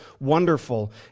wonderful